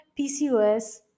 PCOS